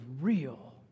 real